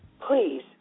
please